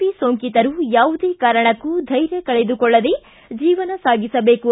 V ಸೋಂಕಿತರು ಯಾವುದೇ ಕಾರಣಕ್ಕೂ ಧ್ವೆರ್ಯ ಕಳೆದುಕೊಳ್ಳದೇ ಜೀವನ ಸಾಗಿಸಬೇಕು